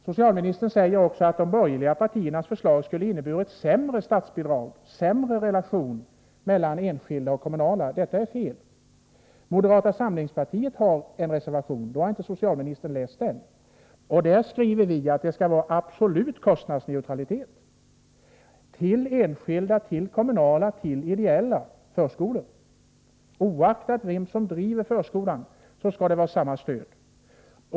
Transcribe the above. Socialministern säger också att de borgerliga partiernas förslag skulle ha inneburit ett sämre statsbidrag och sämre relation mellan enskilda och kommunala förskolor. Detta är fel. Moderata samlingspartiet har en reservation. Socialministern har nog inte läst den. Där skriver vi att det skall vara absolut kostnadsneutralitet i fråga om bidraget till enskilda, kommunala och ideella förskolor. Oaktat vem som driver förskolan skall det vara samma stöd.